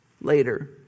Later